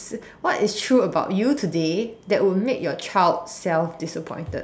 what is true about you today that would make your child self disappointed